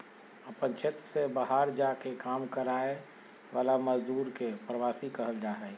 अपन क्षेत्र से बहार जा के काम कराय वाला मजदुर के प्रवासी कहल जा हइ